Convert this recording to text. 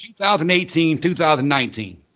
2018-2019